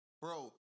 Bro